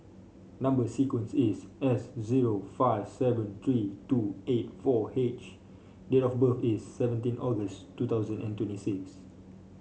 number sequence is S zero five seven three two eight four H date of birth is seventeen August two thousand and twenty six